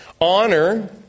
Honor